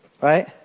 right